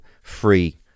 free